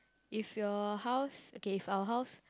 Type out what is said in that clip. if your house okay if our house